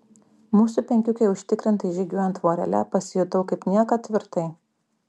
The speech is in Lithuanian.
mūsų penkiukei užtikrintai žygiuojant vorele pasijutau kaip niekad tvirtai